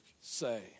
say